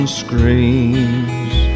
screams